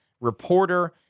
reporter